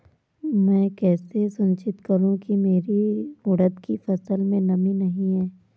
मैं कैसे सुनिश्चित करूँ की मेरी उड़द की फसल में नमी नहीं है?